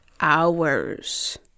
hours